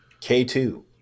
K2